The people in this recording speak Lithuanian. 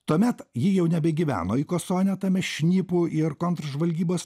tuomet ji jau nebegyveno ikosone tame šnipų ir kontržvalgybos